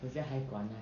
等一下才管 lah